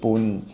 पून